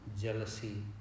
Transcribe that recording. jealousy